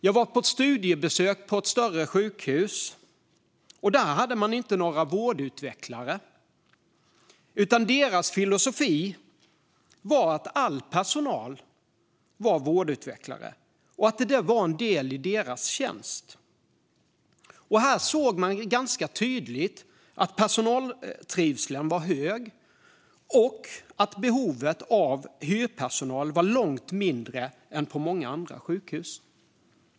Jag var på ett studiebesök på ett större sjukhus där man inte hade några vårdutvecklare. Deras filosofi var i stället att all personal var vårdutvecklare och att det var en del i deras tjänst. Här såg man ganska tydligt att personaltrivseln var hög och att behovet av hyrpersonal var långt mindre än på många andra sjukhus.